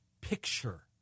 picture